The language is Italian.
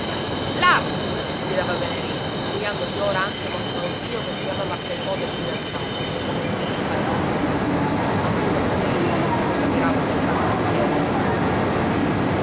lars gridava venerina infuriandosi ora anche contro lo zio che chiamava a quel modo il fidanzato come tutto il paese ma se è lo stesso sospirava seccato don pietro alzando le spalle